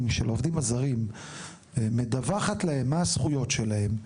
של העובדים הזרים מדווחים להם מה הזכויות שלהם,